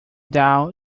down